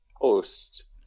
post